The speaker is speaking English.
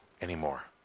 anymore